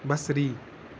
بصری